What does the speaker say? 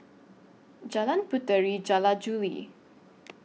Jalan Puteri Jula Juli